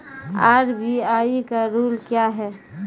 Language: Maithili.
आर.बी.आई का रुल क्या हैं?